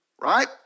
right